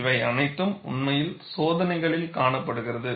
இவை அனைத்தும் உண்மையில் சோதனைகளில் காணப்படுகிறது